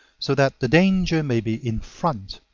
so that the danger may be in front,